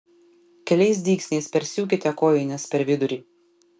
keliais dygsniais persiūkite kojines per vidurį